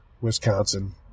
wisconsin